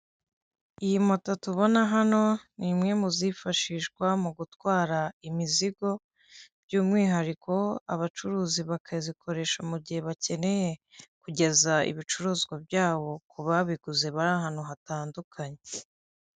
Iyi moto tubona hano nimwe muzifashishwa mugutwara imizigo, byumwihariko abacuruzi bakazikoresha mugihe bakeneye kugeza ibicuruzwa byabo kubabiguze bari ahantu hatandukanye.